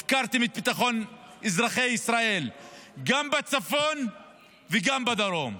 הפקרתם את ביטחון אזרחי ישראל גם בצפון וגם בדרום.